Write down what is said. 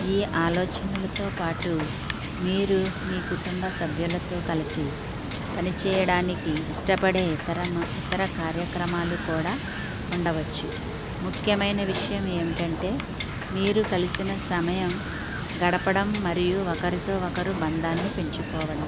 ఈ ఆలోచనలతో పాటు మీరు మీ కుటుంబ సభ్యులతో కలిసి పనిచేయడానికి ఇష్టపడే ఇతర మ ఇతర కార్యక్రమాలు కూడా ఉండవచ్చు ముఖ్యమైన విషయం ఏమిటంటే మీరు కలిసిన సమయం గడపడం మరియు ఒకరితో ఒకరు బంధాన్ని పెంచుకోవడం